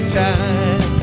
time